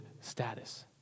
status